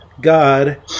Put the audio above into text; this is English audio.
god